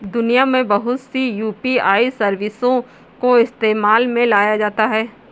दुनिया में बहुत सी यू.पी.आई सर्विसों को इस्तेमाल में लाया जाता है